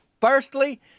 Firstly